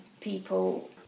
people